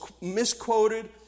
misquoted